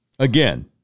Again